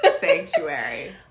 sanctuary